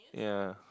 yeah